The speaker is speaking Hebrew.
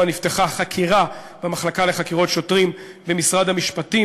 נפתחה חקירה במחלקה לחקירות שוטרים במשרד המשפטים,